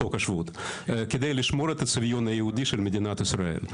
חוק השבות כדי לשמור את הצביון של מדינת ישראל.